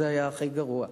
זה היה הכי גרוע,